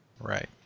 Right